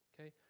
okay